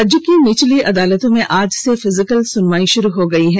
राज्य के निचली अदालतों में आज से फिजिकल सुनवाई शुरू हो गई है